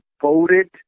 voted